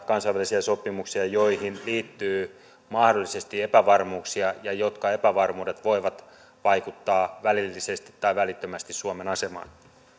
kansainvälisiä sopimuksia joihin liittyy mahdollisesti epävarmuuksia jotka voivat vaikuttaa välillisesti tai välittömästi suomen asemaan